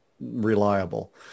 reliable